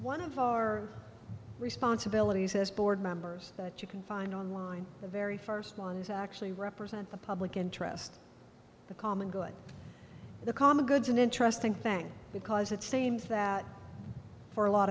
one of our responsibilities as board members that you can find online the very first ones actually represent the public interest the common good the common goods an interesting thing because it seems that for a lot